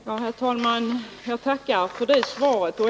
Herr talman! Jag tackar för det svaret.